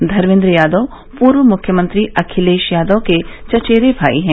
धर्मेन्द्र यादव पूर्व मुख्यमंत्री अखिलेश यादव के चचेरे भाई हैं